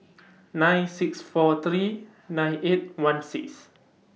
nine six four three nine eight one six